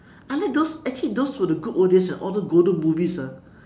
I like those those actually those were the good old days where all those golden movies ah